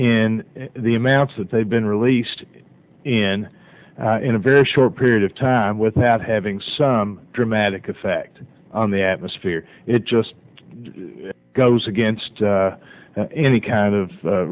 in the amounts that they've been released in in a very short period of time without having some dramatic effect on the atmosphere it just goes against any kind of